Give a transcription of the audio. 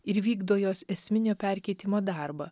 ir vykdo jos esminio perkeitimo darbą